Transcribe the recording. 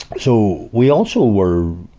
so, we also were,